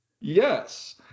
Yes